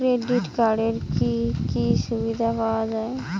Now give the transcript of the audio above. Credit কার্ডের কি কি সুবিধা পাওয়া যায়?